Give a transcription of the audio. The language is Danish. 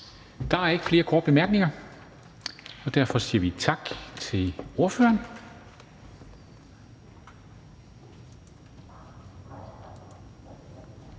Der er ikke flere korte bemærkninger, og derfor siger vi tak til ordføreren.